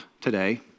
today